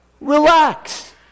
Relax